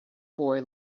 boy